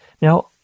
Now